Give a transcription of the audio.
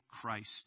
Christ